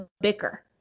bicker